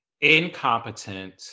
incompetent